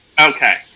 okay